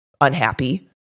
unhappy